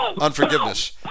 unforgiveness